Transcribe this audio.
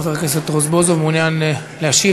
חבר הכנסת רזבוזוב, מעוניין להשיב?